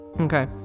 Okay